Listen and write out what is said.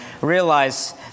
realize